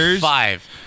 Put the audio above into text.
Five